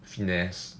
finesse